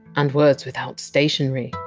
and words without stationery?